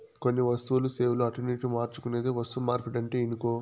కొన్ని వస్తువులు, సేవలు అటునిటు మార్చుకునేదే వస్తుమార్పిడంటే ఇనుకో